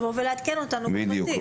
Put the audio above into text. לבוא ולעדכן אותנו בפרטים.